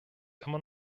immer